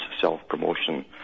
self-promotion